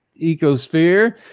ecosphere